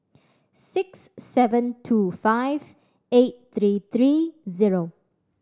six seven two five eight three three zero